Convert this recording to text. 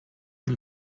von